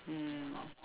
mm